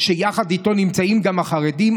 שיחד איתו נמצאים גם החרדים,